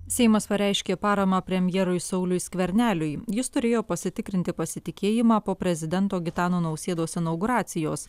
seimas pareiškė paramą premjerui sauliui skverneliui jis turėjo pasitikrinti pasitikėjimą po prezidento gitano nausėdos inauguracijos